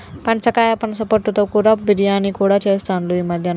పనసకాయ పనస పొట్టు తో కూర, బిర్యానీ కూడా చెస్తాండ్లు ఈ మద్యన